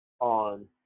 on